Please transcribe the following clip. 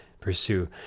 pursue